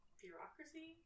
bureaucracy